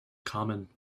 common